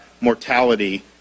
mortality